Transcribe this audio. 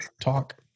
talk